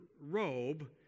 robe